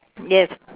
yes